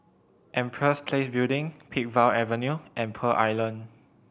Empress Place Building Peakville Avenue and Pearl Island